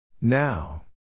Now